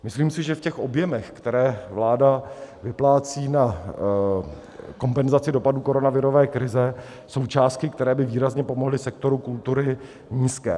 Myslím si, že v těch objemech, které vláda vyplácí na kompenzaci dopadů koronavirové krize, jsou částky, které by výrazně pomohly sektoru kultury, nízké.